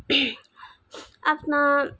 आफ्ना